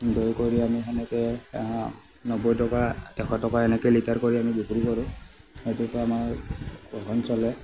দৈ কৰি আমি সেনেকে নব্বৈ টকা এশ টকা এনেকে লিটাৰ কৰি আমি বিক্ৰী কৰোঁ সেইটোৰ পৰা আমাৰ ঘৰখন চলে